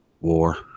War